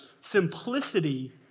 simplicity